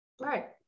Right